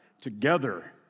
together